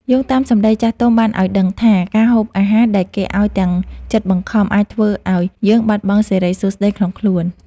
យោងតាមសម្តីចាស់ទុំបានឱ្យដឹងថាការហូបអាហារដែលគេឱ្យទាំងចិត្តបង្ខំអាចធ្វើឱ្យយើងបាត់បង់សិរីសួស្តីក្នុងខ្លួន។